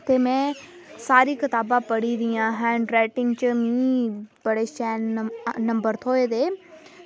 ते में सारी कताबां पढ़ी दियां ते हैंड राईटिंग च बड़े शैल नंबर थ्होए दे